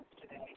today